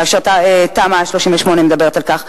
כאשר תמ"א 38 מדברת על כך,